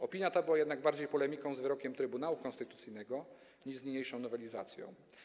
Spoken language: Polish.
Opinia ta była jednak polemiką bardziej z wyrokiem Trybunału Konstytucyjnego niż z niniejszą nowelizacją.